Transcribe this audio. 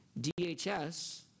DHS